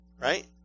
right